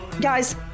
Guys